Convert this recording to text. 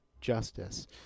justice